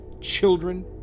children